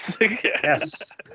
Yes